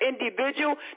individual